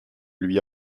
lui